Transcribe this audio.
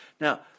now